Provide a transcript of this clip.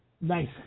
Nice